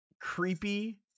creepy